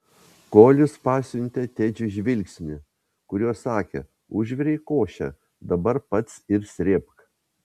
kolis pasiuntė tedžiui žvilgsnį kuriuo sakė užvirei košę dabar pats ir srėbk